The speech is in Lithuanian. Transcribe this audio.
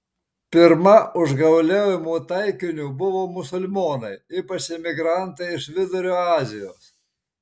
pirma užgauliojimų taikiniu buvo musulmonai ypač imigrantai iš vidurio azijos